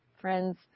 Friends